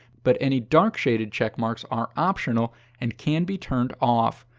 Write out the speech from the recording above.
but any dark-shaded checkmarks are optional and can be turned off.